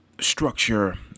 structure